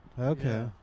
Okay